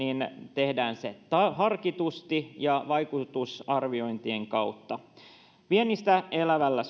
tehdään se harkitusti ja vaikutusarviointien kautta viennistä elävälle